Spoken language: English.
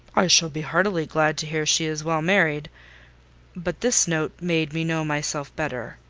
i shall be heartily glad to hear she is well married but this note made me know myself better.